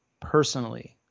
personally –